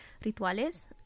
Rituales